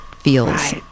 feels